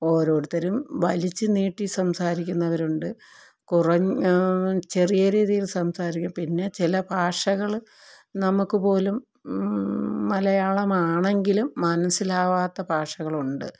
ഓരോരുത്തരും വലിച്ചു നീട്ടി സംസാരിക്കുന്നവരുണ്ട് കുറഞ്ഞ ചെറിയ രീതിയിൽ സംസാരിക്കും പിന്നെ ചില ഭാഷകൾ നമുക്കുപോലും മലയാളമാണെങ്കിലും മനസ്സിലാകാത്ത ഭാഷകളുണ്ട്